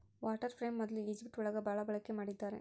water frame ಮೊದ್ಲು Egypt ಒಳಗ ಭಾಳ ಬಳಕೆ ಮಾಡಿದ್ದಾರೆ